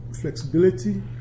flexibility